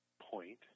point